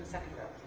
second row.